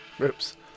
oops